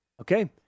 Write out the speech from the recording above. Okay